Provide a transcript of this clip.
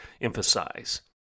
emphasize